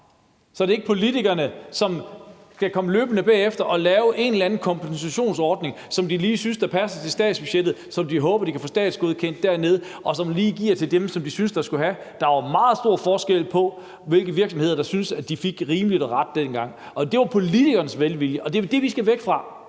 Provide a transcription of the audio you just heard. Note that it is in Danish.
så det ikke er politikerne, som skal komme løbende bagefter og lave en eller anden kompensationsordning, som de lige synes passer til statsbudgettet, og som de håber de kan få godkendt dernede, og som lige giver til dem, som de synes skal have. Der var meget stor forskel på det, altså hvilke virksomheder der syntes, at de fik, hvad der var ret og rimeligt dengang. Det var på baggrund af politikernes velvilje, og det er det, vi skal væk fra,